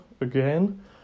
again